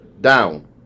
down